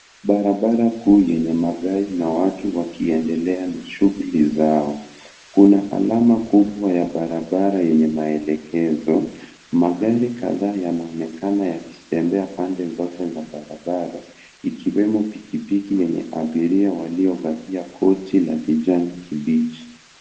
Barabara kuu yenye magari na watu wakiendelea na shughuli zao. Kuna alama kubwa ya barabara yenye maelekezo. Magari kadhaa yanaonekana pande zote za barabara ikiwemo pikipiki yenye abiria waliovalia koti la kijani kibichi.